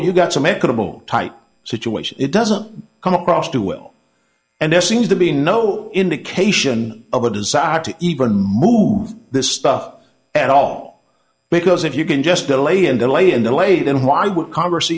you've got some equitable type situation it doesn't come across too well and there seems to be no indication of a desire to even move this stuff at all because if you can just delay and delay in the late and why would congress